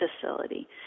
facility